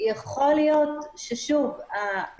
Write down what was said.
שגם פועל כעוד זרוע שמשותפת לרשות שלנו ולמשטרת